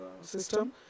system